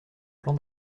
plan